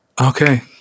Okay